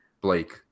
Blake